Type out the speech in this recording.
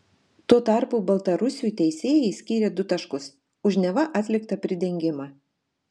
tuo tarpu baltarusiui teisėjai skyrė du taškus už neva atliktą pridengimą